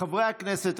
חברי הכנסת,